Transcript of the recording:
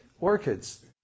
orchids